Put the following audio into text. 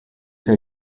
say